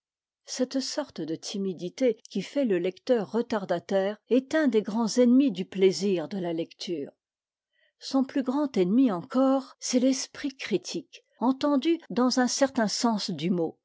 cette sorte de timidité qui fait le lecteur retardataire est un des grands ennemis du plaisir de la lecture son plus grand ennemi encore c'est l'esprit critique entendu dans un certain sens du mot